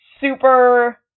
super